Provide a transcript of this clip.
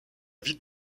vite